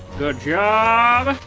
good job